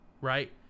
Right